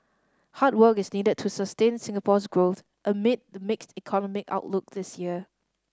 hard work is needed to sustain Singapore's growth amid the mixed economic outlook this year